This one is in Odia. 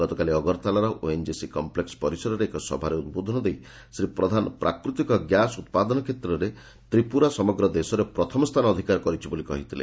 ଗତକାଲି ଅଗରତାଲାର ଓଏନ୍ଜିସି କଂପ୍ଲେକ୍ସ ପରିସରରେ ଏକ ସଭାରେ ଉଦ୍ବୋଧନ ଦେଇ ଶ୍ରୀ ପ୍ରଧାନ ପ୍ରାକୃତିକ ଗ୍ୟାସ୍ ଉତ୍ପାଦନ କ୍ଷେତ୍ରରେ ତ୍ରିପୁରା ସମଗ୍ର ଦେଶରେ ପ୍ରଥମ ସ୍ଥାନ ଅଧିକାର କରିଛି ବୋଲି କହିଥିଲେ